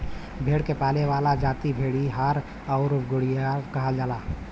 भेड़ के पाले वाला जाति भेड़ीहार आउर गड़ेरिया कहल जाला